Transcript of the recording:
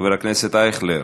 חבר הכנסת ישראל אייכלר,